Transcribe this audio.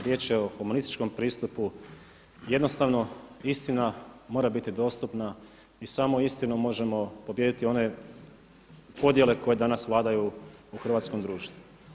Riječ je o humanističkom pristupu i jednostavno istina mora biti dostupna i samo istinom možemo pobijediti one podjele koje danas vladaju u hrvatskom društvu.